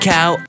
Cow